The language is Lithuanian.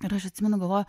ir aš atsimenu galvoju